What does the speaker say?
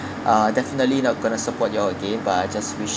uh definitely not going to support you all again but I just wish